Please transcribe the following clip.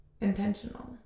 intentional